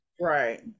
Right